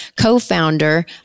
co-founder